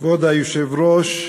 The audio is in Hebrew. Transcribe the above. כבוד היושב-ראש,